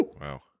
Wow